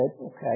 okay